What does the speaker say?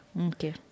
Okay